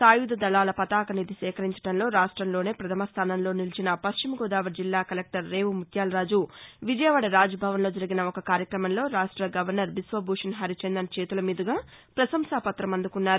సాయుధ దళాల పతాక నిధి సేకరించడంలో రాష్ట్రంలోనే ప్రధమ స్లానంలో నిలిచిన పశ్చిమ గోదావరి జిల్లా కలెక్షర్ రేపు ముత్యాలరాజు విజయవాడ రాజ్భవన్లో జరిగిన ఒక కార్యక్రమంలో రాష్ట గవర్నర్ బిశ్వభూషణ్ హరిచందన్ చేతుల మీదుగా ప్రపశంసా పృతం అందుకున్నారు